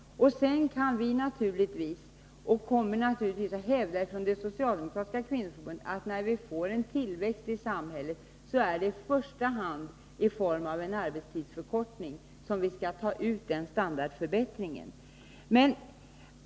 Vi från Socialdemokratiska kvinnoförbundet kommer naturligtvis att hävda, att när det blir en tillväxt i samhället, är det i första hand i form av arbetstidsförkortning som vi skall få en standardförbättring.